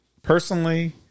Personally